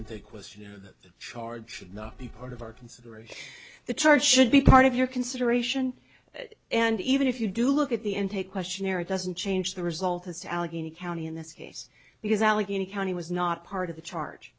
question that charge should not be part of our consideration the charge should be part of your consideration and even if you do look at the end take questionnaire it doesn't change the result has to allegheny county in this case because allegheny county was not part of the charge